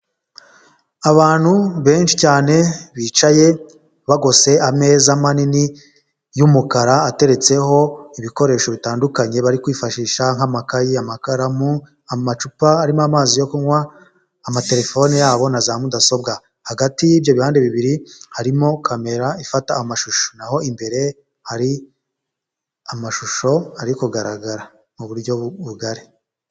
Abantu benshi cyane bicaye bagose ameza manini y'umukara ateretseho ibikoresho bitandukanye bari kwifashisha nk'amakayi, amakaramu amacupa arimo amazi yo kunywa amatelefone yabo na za mudasobwa hagati y'ibyo bihande bibiri harimo kamera ifata amashusho naho imbere hari amashusho ari kugaragara mu buryo bugari.